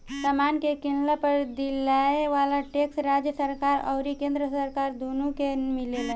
समान के किनला पर दियाये वाला टैक्स राज्य सरकार अउरी केंद्र सरकार दुनो के मिलेला